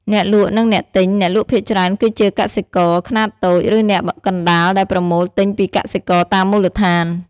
អ្នកលក់ និងអ្នកទិញ អ្នកលក់ភាគច្រើនគឺជាកសិករខ្នាតតូច ឬអ្នកកណ្តាលដែលប្រមូលទិញពីកសិករតាមមូលដ្ឋាន។